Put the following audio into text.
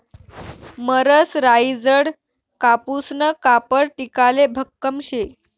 मरसराईजडं कापूसनं कापड टिकाले भक्कम शे